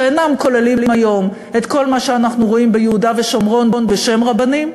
שאינם כוללים היום את כל מה שאנחנו רואים ביהודה ושומרון בשם רבנים.